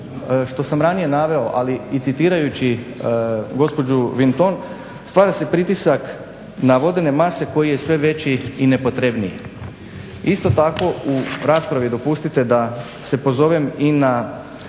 što sam ranije naveo, ali i citirajući gospođu Vinton stvara se pritisak na vodene mase koji je sve veći i nepotrebniji. Isto tako u raspravi dopustite da se pozovem i na